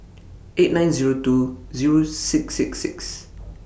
eight nine Zero two Zero six six six